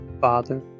Father